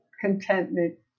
contentment